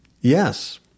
Yes